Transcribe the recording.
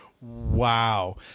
Wow